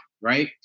right